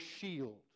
shield